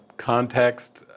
Context